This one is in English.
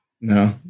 No